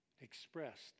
expressed